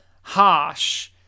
harsh